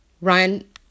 Ryan